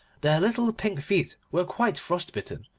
their little pink feet were quite frost-bitten,